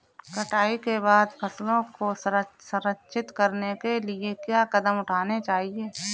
कटाई के बाद फसलों को संरक्षित करने के लिए क्या कदम उठाने चाहिए?